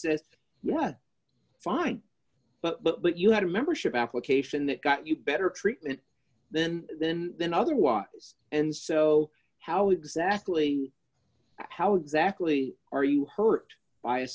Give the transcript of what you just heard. says well fine but but you had a membership application that got you better treatment then then then otherwise and so how exactly how exactly are you hurt by